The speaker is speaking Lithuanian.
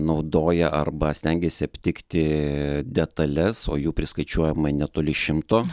naudoja arba stengiasi aptikti detales o jų priskaičiuojama netoli šimto